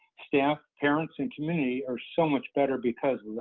staff, parents, and community are so much better because of